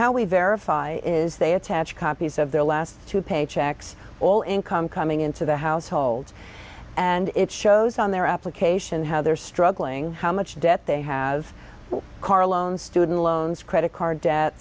how we verify is they attach copies of their last two paychecks all income coming into the household and it shows on their application how they're struggling how much debt they have car loans student loans credit card debt